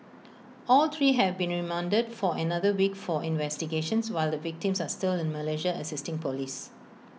all three have been remanded for another week for investigations while the victims are still in Malaysia assisting Police